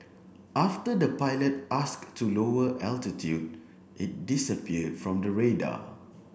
after the pilot asked to lower altitude it disappear from the radar